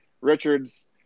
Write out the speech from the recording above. Richards